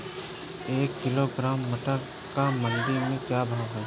एक किलोग्राम टमाटर का मंडी में भाव क्या है?